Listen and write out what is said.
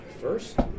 First